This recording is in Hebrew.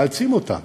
מאלצים אותם